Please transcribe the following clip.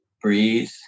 breathe